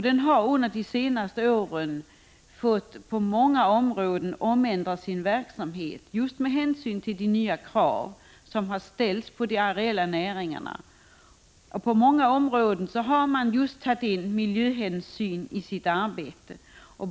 Den har de senaste åren fått ändra sin verksamhet på många områden just med hänsyn till de nya krav som har ställts på de areella näringarna. På många områden har man tagit miljöhänsyn i sitt arbete.